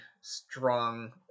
strong